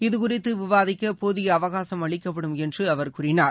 இது குறித்து விவாதிக்க போதிய அவகாசம் அளிக்கப்படும் என்று அவர் கூறினார்